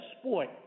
sport